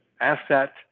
asset